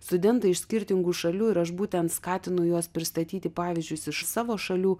studentai iš skirtingų šalių ir aš būtent skatinu juos pristatyti pavyzdžius iš savo šalių